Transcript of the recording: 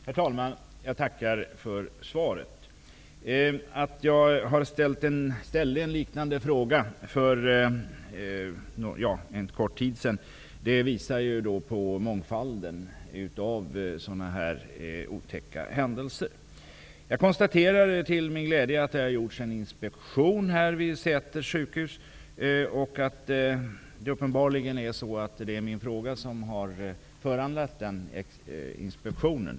Herr talman! Jag tackar för svaret. Att jag ställde en liknande fråga för en kort tid sedan visar på mångfalden av sådana här otäcka händelser. Jag konstaterar till min glädje att det har gjorts en inspektion vid Säters sjukhus och att det uppenbarligen är min fråga som har föranlett inspektionen.